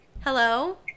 Hello